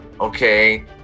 Okay